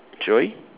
sorry